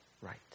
right